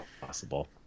possible